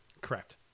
Correct